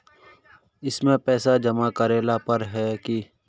इसमें पैसा जमा करेला पर है की?